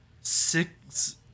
six